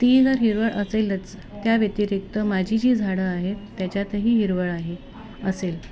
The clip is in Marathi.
ती जर हिरवळ असेलच त्या व्यतिरिक्त माझी जी झाडं आहे त्याच्यातही हिरवळ आहे असेल